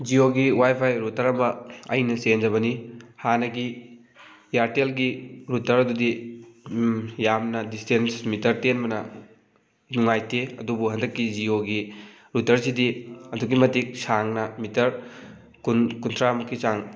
ꯖꯤꯌꯣꯒꯤ wifi router ꯑꯃ ꯑꯩꯅ ꯆꯦꯟꯖꯕꯅꯤ ꯍꯥꯟꯅꯒꯤ ꯏꯌꯥꯔꯇꯦꯜꯒꯤ ꯔꯨꯇꯔꯗꯨꯗꯤ ꯌꯥꯝꯅ ꯗꯤꯁꯇꯦꯟꯁ ꯃꯤꯇꯔ ꯇꯦꯟꯕꯅ ꯅꯨꯡꯉꯥꯏꯇꯦ ꯑꯗꯨꯕꯨ ꯍꯟꯗꯛꯀꯤ ꯖꯤꯌꯣꯒꯤ ꯔꯨꯇꯔꯁꯤꯗꯤ ꯑꯗꯨꯛꯀꯤ ꯃꯇꯤꯛ ꯁꯥꯡꯅ ꯃꯤꯇꯔ ꯀꯨꯟ ꯀꯨꯟꯊ꯭ꯔꯥ ꯃꯨꯛꯀꯤ ꯆꯥꯡ